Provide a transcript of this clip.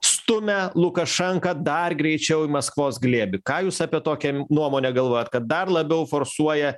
stumia lukašenką dar greičiau į maskvos glėbį ką jūs apie tokią nuomonę galvojot kad dar labiau forsuoja